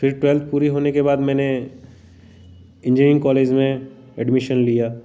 फिर टूवेल्थ पूरी होने के बाद मैंने इंजीनियरिंग कॉलेज में एडमिशन लिया दो हजार सत्रह में मेरी